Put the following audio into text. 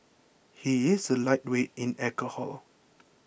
he is a lightweight in alcohol